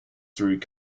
through